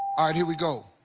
alright, here we go.